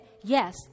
yes